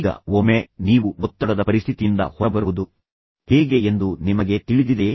ಈಗ ಒಮ್ಮೆ ನೀವು ಒತ್ತಡದ ಪರಿಸ್ಥಿತಿಯಿಂದ ಹೊರಬರುವುದು ಹೇಗೆ ಎಂದು ನಿಮಗೆ ತಿಳಿದಿದೆಯೇ